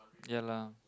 ya lah